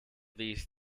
these